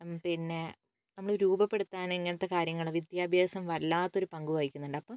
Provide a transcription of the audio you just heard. പിന്നെ നമ്മൾ രൂപപ്പെടുത്താൻ ഇങ്ങനത്തെ കാര്യങ്ങൾ വിദ്യാഭ്യാസം വല്ലാത്തൊരു പങ്കുവഹിക്കുന്നുണ്ട് അപ്പം